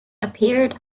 appeared